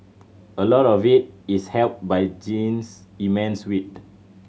a lot of it is helped by Jean's immense wit